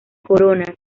corona